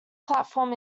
platform